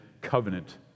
covenant